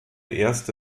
erste